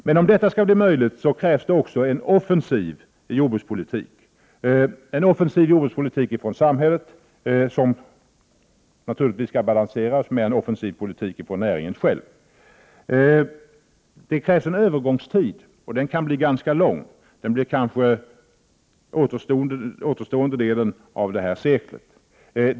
Men om detta skall bli möjligt krävs det också att samhället driver en offensiv jordbrukspolitik, som naturligtvis skall balanseras med en offensiv politik driven av näringen själv. Det krävs en övergångstid och den kan bli ganska lång. Den upptar kanske återstående delen av detta sekel.